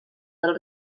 del